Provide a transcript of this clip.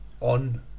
on